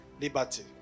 liberty